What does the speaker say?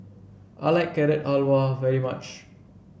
I like Carrot Halwa very much